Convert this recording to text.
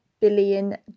billion